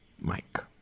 Mike